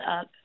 up